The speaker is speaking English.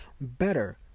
better